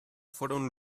fueron